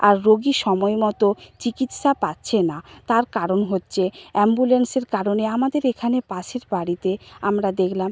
আর রোগী সময় মতো চিকিৎসা পাচ্ছে না তার কারণ হচ্ছে অ্যাম্বুলেন্সের কারণে আমাদের এখানে পাশের বাড়িতে আমরা দেখলাম